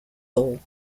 hall